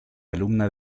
alumna